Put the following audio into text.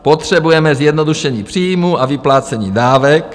Potřebujeme zjednodušení příjmů a vyplácení dávek.